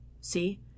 See